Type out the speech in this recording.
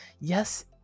Yes